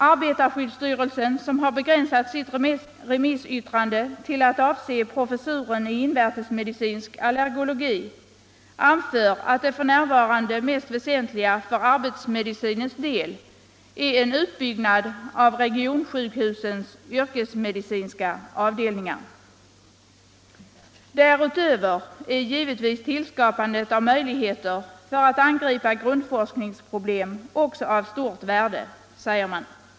Arbetarskyddsstyrelsen, som har begränsat sitt remissyttrande till att avse professuren i invärtesmedicinsk allergologi, anför att det f. n. mest väsentliga för arbetsmedicinens del är en utbyggnad av regionsjukhusens yrkesmedicinska avdelningar. Därutöver är givetvis tillskapandet av möjligheter för att angripa grundforskningsproblem också av stort värde, säger man.